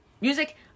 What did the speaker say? music